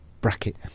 bracket